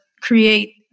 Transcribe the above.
create